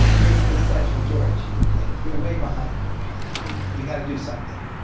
basically said to him george, like you're way behind you gotta do something.